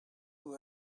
who